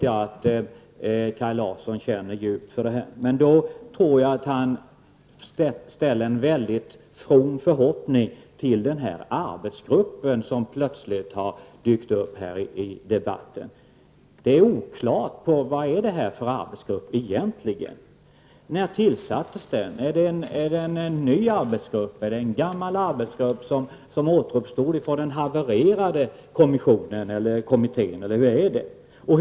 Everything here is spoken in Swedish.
Jag tror att han ställer väldigt fromma förhoppningar till den arbetsgrupp som plötsligt har dykt upp i debatten. Det är oklart vad det egentligen är för arbetsgrupp. När tillsattes den? Är det en ny arbetsgrupp, eller är det en gammal som har återuppstått från den havererade kommissionen eller kommittén, eller vad är det för något?